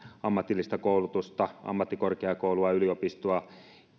ammatillista koulutusta ammattikorkeakoulua yliopistoa